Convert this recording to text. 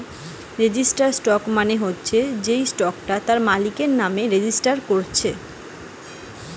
registered stock মানে হচ্ছে যেই স্টকটা তার মালিকের নামে রেজিস্টার কোরছে